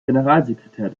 generalsekretär